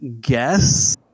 guess